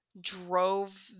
drove